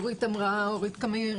היא לא סגורה כפי שאמרה פרופ' אורית קמיר.